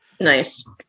Nice